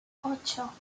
ocho